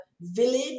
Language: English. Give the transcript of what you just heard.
village